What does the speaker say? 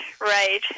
right